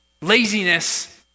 Laziness